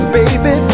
baby